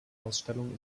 ausstellung